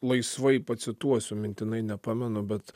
laisvai pacituosiu mintinai nepamenu bet